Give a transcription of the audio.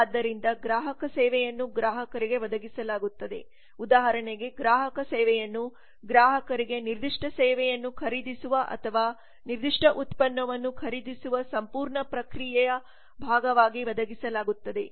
ಆದ್ದರಿಂದ ಗ್ರಾಹಕ ಸೇವೆಯನ್ನು ಗ್ರಾಹಕರಿಗೆ ಒದಗಿಸಲಾಗುತ್ತದೆ ಉದಾಹರಣೆಗೆ ಗ್ರಾಹಕ ಸೇವೆಯನ್ನು ಗ್ರಾಹಕರಿಗೆ ನಿರ್ದಿಷ್ಟ ಸೇವೆಯನ್ನು ಖರೀದಿಸುವ ಅಥವಾ ನಿರ್ದಿಷ್ಟ ಉತ್ಪನ್ನವನ್ನು ಖರೀದಿಸುವ ಸಂಪೂರ್ಣ ಪ್ರಕ್ರಿಯೆಯ ಭಾಗವಾಗಿ ಒದಗಿಸಲಾಗುತ್ತದೆ